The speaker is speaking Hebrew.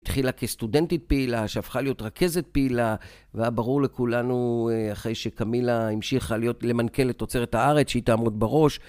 התחילה כסטודנטית פעילה, שהפכה להיות רכזת פעילה, והיה ברור לכולנו אחרי שקמילה המשיכה להיות... למנכ"ל את תוצרת הארץ, שהיא תעמוד בראש.